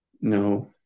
No